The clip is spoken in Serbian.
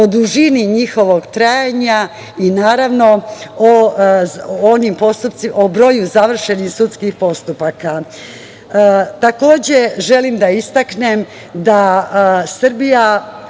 o dužini njihovog trajanja i naravno o broju završenih sudskih postupaka. Takođe, želim da isteknem da Srbija